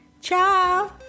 ciao